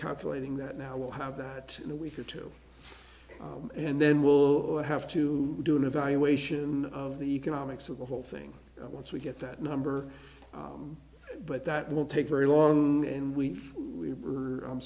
calculating that now we'll have that in a week or two and then we'll have to do an evaluation of the economics of the whole thing i want to get that number but that won't take very long and we we were